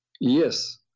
Yes